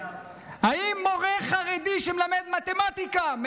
האם מורה חרדי שמלמד מתמטיקה,